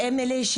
אם אלה,